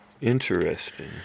Interesting